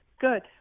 Good